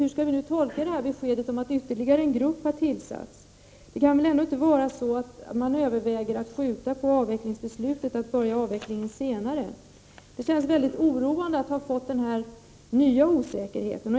Hur skall vi tolka beskedet om att ytterligare en grupp har tillsats? Man överväger väl ändå inte att skjuta på avvecklingsbeslutet och börja avvecklingen senare? Det känns väldigt oroande med denna nya osäkerhet.